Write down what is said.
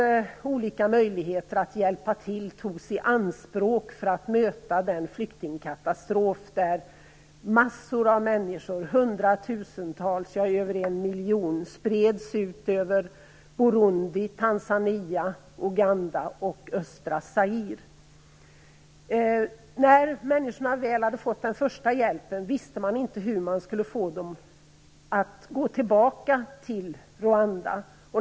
Olika möjligheter i hela världen användes för att möta den flyktingkatastrof där massor av människor - hundratusentals, ja, över en miljon människor - spreds ut över Burundi, Tanzania, Uganda och östra Zaire. Då människorna väl hade fått den första hjälpen visste man inte hur man skulle få dem att gå tillbaka till Rwanda.